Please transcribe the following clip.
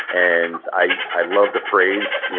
and i i love the phrase, yeah